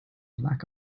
lack